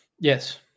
Yes